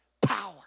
Power